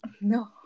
no